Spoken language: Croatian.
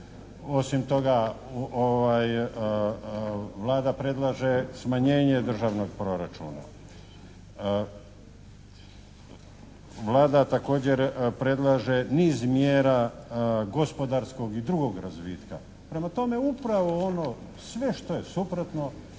Osim toga Vlada predlaže smanjenje državnog proračuna. Vlada također predlaže niz mjera gospodarskog i drugog razvitka. Prema tome upravo ono sve što je suprotno